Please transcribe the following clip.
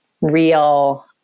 real